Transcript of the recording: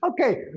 Okay